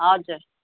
हजुर